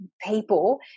people